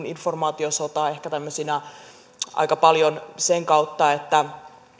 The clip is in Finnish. informaatiosotaa aika paljon sen kautta että